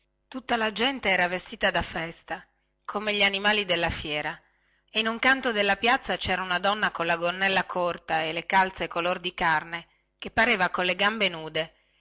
tutta la gente era vestita da festa come gli animali della fiera e in un canto della piazza cera una donna colla gonnella corta e le calze color di carne che pareva colle gambe nude